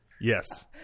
yes